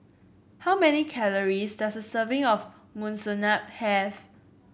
how many calories does a serving of Monsunabe have